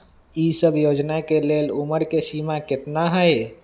ई सब योजना के लेल उमर के सीमा केतना हई?